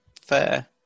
fair